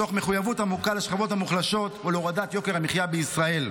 מתוך מחויבות עמוקה לשכבות המוחלשות ולהורדת יוקר המחיה בישראל.